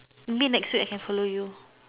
maybe next week I can follow you